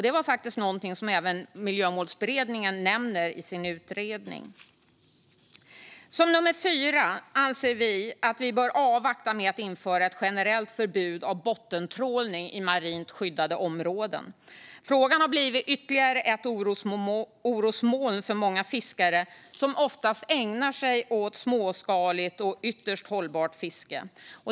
Det är också något som Miljömålsberedningen nämner i sin utredning. Som ett fjärde förslag anser vi att vi bör vänta med att införa ett generellt förbud mot bottentrålning i marint skyddade områden. Frågan har blivit ytterligare ett orosmoln för många fiskare, som oftast ägnar sig åt småskaligt och ytterst hållbart fiske.